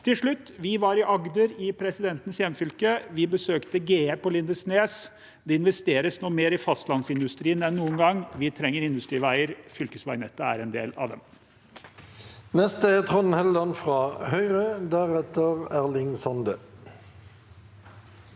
Til slutt: Vi var i Agder, i presidentens hjemfylke. Vi besøkte GE i Lindesnes. Det investeres nå mer i fastlandsindustrien enn noen gang. Vi trenger industriveier, og fylkesveinettet er en del av dem.